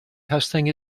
testing